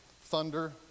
thunder